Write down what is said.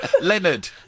Leonard